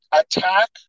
attack